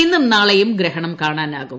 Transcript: ഇന്നും നാളെയും ഗ്രഹണം കാണാനാവും